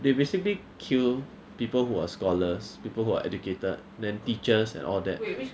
they basically kill people who are scholars people who are educated then teachers and all that